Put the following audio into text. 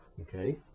okay